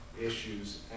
issues